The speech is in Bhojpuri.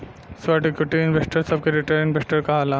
स्वेट इक्विटी इन्वेस्टर सभ के रिटेल इन्वेस्टर कहाला